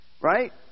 Right